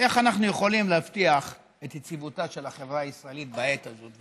איך אנחנו יכולים להבטיח את יציבותה של החברה הישראלית בעת הזאת.